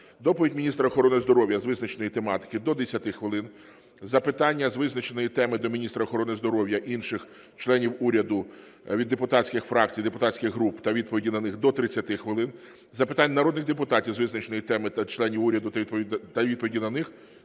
Доповідь міністра охорони здоров'я з визначеної тематики – до 10 хвилин; запитання з визначеної теми до міністра охорони здоров'я, інших членів уряду від депутатських фракцій, депутатських груп та відповіді на них – до 30 хвилин; запитань народних депутатів з визначеної теми та членів уряду та відповіді на них